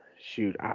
shoot